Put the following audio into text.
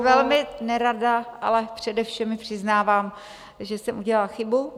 Velmi nerada, ale přede všemi přiznávám, že jsem udělala chybu.